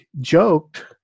joked